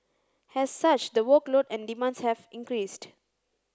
as such the workload and demands have increased